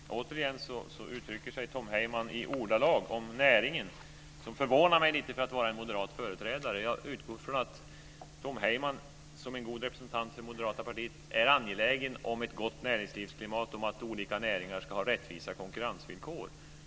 Fru talman! Återigen uttrycker sig Tom Heyman om näringen i ordalag som förvånar mig lite när de kommer från en moderat företrädare. Jag utgår från att Tom Heyman, som en god representant för det moderata partiet, är angelägen om ett gott näringslivsklimat och om att olika näringar ska ha rättvisa konkurrensvillkor.